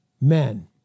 men